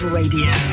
Radio